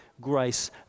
grace